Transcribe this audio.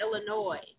Illinois